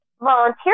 volunteer